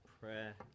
prayer